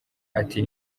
ati